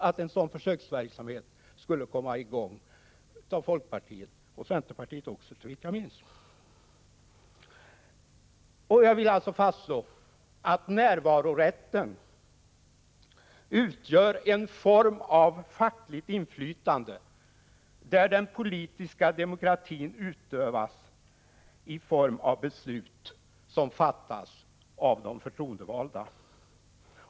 Att en sådan försöksverksamhet skulle komma i gång stöddes av folkpartiet och såvitt jag minns också av centerpartiet. Jag vill alltså slå fast att närvarorätten utgör en form av fackligt inflytande i församlingar där den politiska demokratin utövas i form av beslut som fattas av de förtroendevalda.